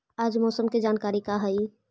आज मौसम के जानकारी का हई?